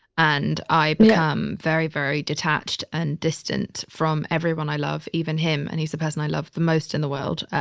and i be um very, very detached and distant from everyone i love, even him. and he's the person i loved the most in the world.